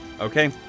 okay